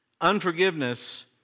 Unforgiveness